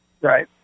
Right